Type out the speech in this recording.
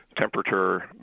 temperature